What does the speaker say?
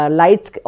lights